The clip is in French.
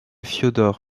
fiodor